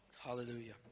Hallelujah